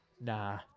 Nah